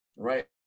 Right